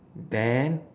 then